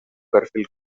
perfil